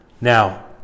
Now